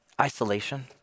Isolation